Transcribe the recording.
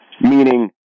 meaning